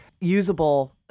usable